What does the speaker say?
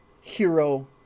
hero